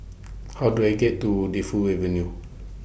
How Do I get to Defu Avenue